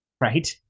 right